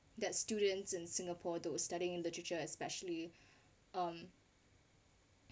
that students in singapore those studying in literature especially um